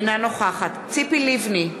אינה נוכחת ציפי לבני,